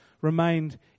remained